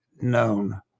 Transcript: known